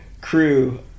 crew